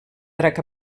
drac